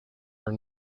were